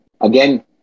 again